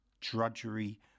drudgery